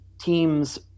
teams